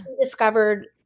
discovered